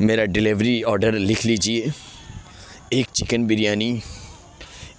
میرا delivery order لکھ لیجیے ایک چکن بریانی